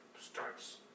starts